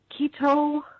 keto